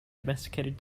domesticated